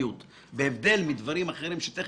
בהבדל מדברים אחרים שיש